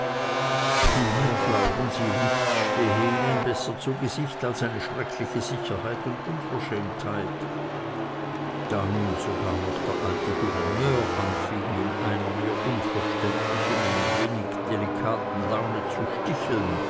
vielmehr glauben sie nichts stehe ihnen besser zu gesicht als eine schreckliche sicherheit und unverschämtheit da nun sogar noch der alte gouverneur anfing in einer mir unverständlichen und wenig delikaten laune zu sticheln